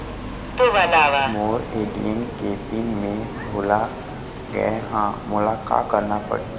मोर ATM के pin मैं भुला गैर ह, मोला का करना पढ़ही?